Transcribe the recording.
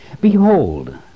Behold